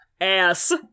ass